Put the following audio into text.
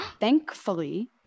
thankfully